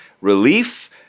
relief